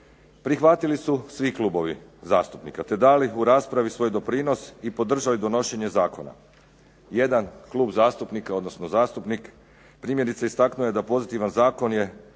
prihvatili su svi klubovi zastupnika te dali u raspravi svoj doprinos i podržali donošenje zakona. Jedan klub zastupnika odnosno zastupnik primjerice istaknuo je da pozitivan zakon je